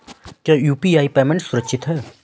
क्या UPI payment सुरक्षित है?